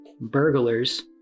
burglars